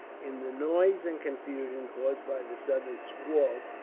in the noise and confusion, caused by the sudden squall,